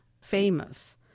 famous